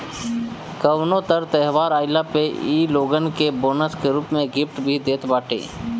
कवनो तर त्यौहार आईला पे इ लोगन के बोनस के रूप में गिफ्ट भी देत बाटे